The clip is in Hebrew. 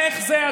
איך זה,